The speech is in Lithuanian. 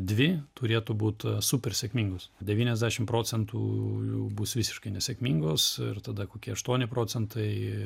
dvi turėtų būt super sėkmingos devyniasdešim procentų jų bus visiškai nesėkmingos ir tada kokie aštuoni procentai